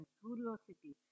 curiosity